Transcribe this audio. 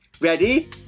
ready